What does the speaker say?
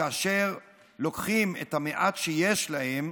כאשר לוקחים את המעט שיש להם